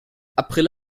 april